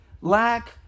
lack